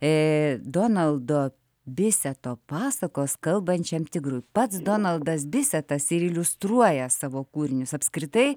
donaldo biseto pasakos kalbančiam tigrui pats donaldas bisetas ir iliustruoja savo kūrinius apskritai